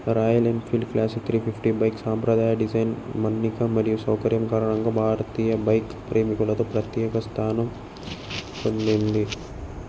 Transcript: royal Enfield classic three fifty bike సాంప్రదాయ design మన్నిక మరియు సౌకర్యం కారణంగా భారతీయ బైక్ ప్రేమికులతో ప్రత్యేక స్థానం పొందింది